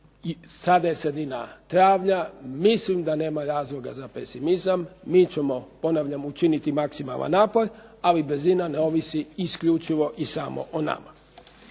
sada je sredina travnja, mislim da nema razloga za pesimizam. Mi ćemo, ponavljam, učiniti maksimalan napor, ali brzina ne ovisi isključivo i samo o nama.